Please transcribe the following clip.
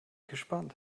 gespannt